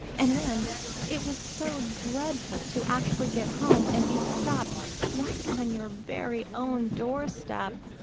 and then it was so dreadful to actually get home and be stopped right on your very own doorstep.